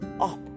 up